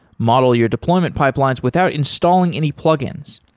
model your deployment pipelines without installing any plug-ins.